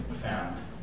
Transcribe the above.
found